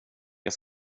jag